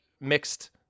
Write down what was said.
mixed